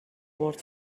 بٌرد